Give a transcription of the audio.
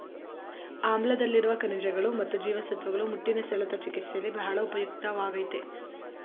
ಆಮ್ಲಾದಲ್ಲಿರುವ ಖನಿಜಗಳು ಮತ್ತು ಜೀವಸತ್ವಗಳು ಮುಟ್ಟಿನ ಸೆಳೆತ ಚಿಕಿತ್ಸೆಯಲ್ಲಿ ಬಹಳ ಉಪಯುಕ್ತವಾಗಯ್ತೆ